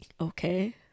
Okay